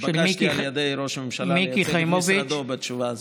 נתבקשתי על ידי ראש הממשלה לייצג את משרדו בתשובה הזאת.